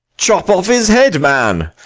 chop off his head. man